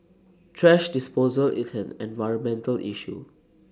thrash disposal is an environmental issue